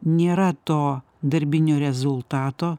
nėra to darbinio rezultato